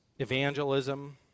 evangelism